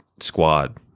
squad